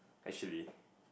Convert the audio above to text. actually